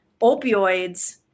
opioids